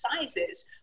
sizes